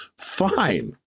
fine